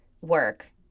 work